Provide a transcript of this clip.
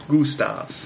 Gustav